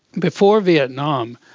before vietnam,